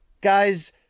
guys